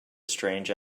strange